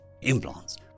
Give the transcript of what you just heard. implants